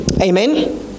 Amen